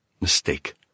Mistake